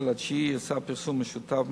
ב-16 בספטמבר עשו פרסום משותף,